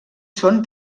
són